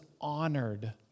honored